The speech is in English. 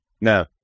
No